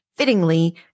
Fittingly